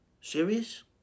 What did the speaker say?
Serious